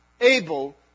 able